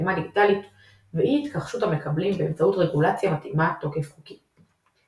חתימה דיגיטלית ואי התכחשות המקבלים באמצעות רגולציה מתאימה תוקף חוקי.